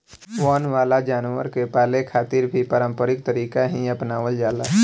वन वाला जानवर के पाले खातिर भी पारम्परिक तरीका ही आपनावल जाला